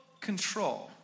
control